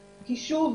כי שוב,